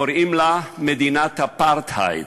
קוראים לה מדינת אפרטהייד,